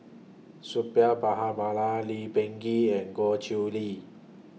Suppiah Lee Peh Gee and Goh Chiew Lye